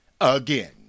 again